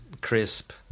crisp